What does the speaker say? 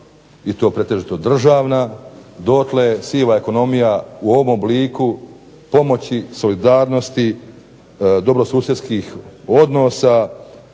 i to pretežito državna, dotle siva ekonomija u ovom obliku pomoći solidarnosti, dobrosusjedskih odnosa,